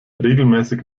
regelmäßig